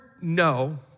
no